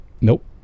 nope